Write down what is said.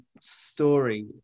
story